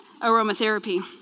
aromatherapy